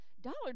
Dollar